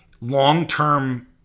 long-term